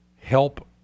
help